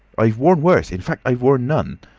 i've worn worse in fact, i've worn none.